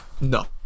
No